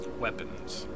weapons